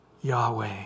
Yahweh